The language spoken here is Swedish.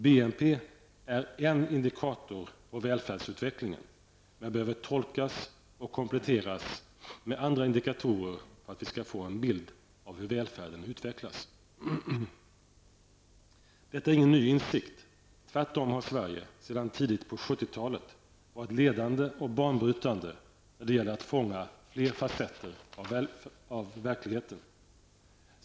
BNP är en indikator på välfärdsutvecklingen, men behöver tolkas och kompletteras med andra indikatorer för att vi skall få en bild av hur välfärden utvecklas. Detta är ingen ny insikt. Tvärtom har Sverige sedan tidigt på 70-talet varit ledande och banbrytande är det gäller att fånga fler fasetter av verkligheten.